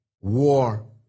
war